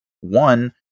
one